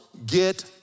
Get